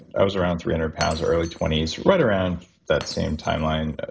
i was around three hundred pounds early twenty s, right around that same timeline,